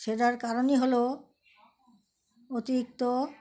সেটার কারণই হলো অতিরিক্ত